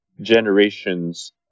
generations